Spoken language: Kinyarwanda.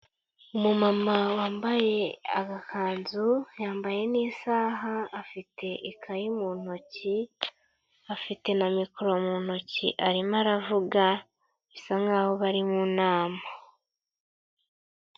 Umumama wambaye agakanzu, yambaye n'isaha afite ikayi mu ntoki, afite na mikoro mu ntoki arimo aravuga bisa nk'aho bari mu nama.